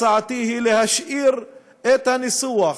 הצעתי היא להשאיר את הניסוח,